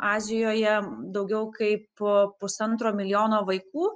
azijoje daugiau kaip pusantro milijono vaikų